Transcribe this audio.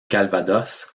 calvados